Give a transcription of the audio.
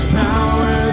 power